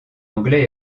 anglais